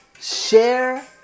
share